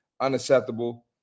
unacceptable